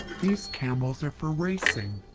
these camels are for racing,